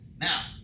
Now